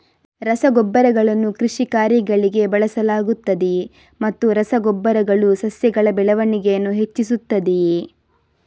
ರಸಗೊಬ್ಬರಗಳನ್ನು ಕೃಷಿ ಕಾರ್ಯಗಳಿಗೆ ಬಳಸಲಾಗುತ್ತದೆಯೇ ಮತ್ತು ರಸ ಗೊಬ್ಬರಗಳು ಸಸ್ಯಗಳ ಬೆಳವಣಿಗೆಯನ್ನು ಹೆಚ್ಚಿಸುತ್ತದೆಯೇ?